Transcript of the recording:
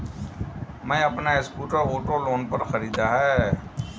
मैने अपना scooter auto loan पर खरीदा है